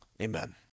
Amen